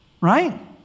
right